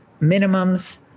minimums